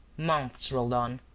months rolled on.